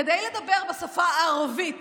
כדי לדבר בשפה הערבית